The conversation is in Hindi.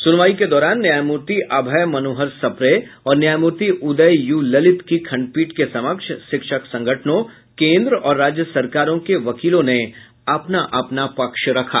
सुनवाई के दौरान न्यायमूर्ति अभय मनोहर सप्रे और न्यायमूर्ति उदय यू ललित की खंडपीठ के समक्ष शिक्षक संगठनों केन्द्र और राज्य सरकारों के वकीलों ने अपना अपना पक्ष रखा